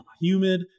humid